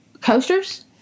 coasters